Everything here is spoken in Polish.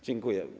Dziękuję.